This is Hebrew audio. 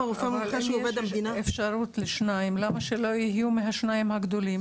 אם יש אפשרות לשניים למה שלא יהיו מהשניים הגדולים,